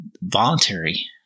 voluntary